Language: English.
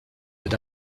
that